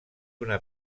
una